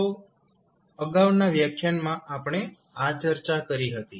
તો અગાઉના વ્યાખ્યાનમાં આપણે આ ચર્ચા કરી હતી